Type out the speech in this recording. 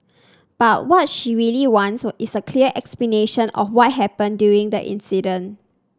but what she really wants is a clear explanation of what happened during that incident